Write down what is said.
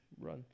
Run